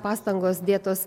pastangos dėtos